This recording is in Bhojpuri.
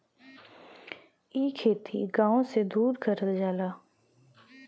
इ खेती गाव से दूर करल जाला